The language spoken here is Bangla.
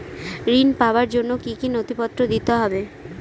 ঋণ পাবার জন্য কি কী নথিপত্র দিতে হবে?